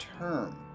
term